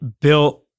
built